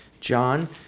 John